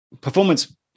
performance